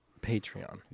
Patreon